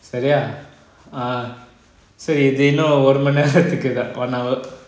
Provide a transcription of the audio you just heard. சேரி எவ்ளோ நேரம்:seri evlo neram ah இன்னும் ஒருமனேரம் எடுக்க:inum orumaneram yeaduthuka one hour